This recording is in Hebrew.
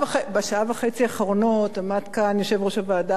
בשעה וחצי האחרונות עמד כאן יושב-ראש הוועדה